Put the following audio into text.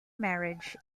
marriage